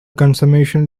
consummation